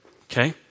Okay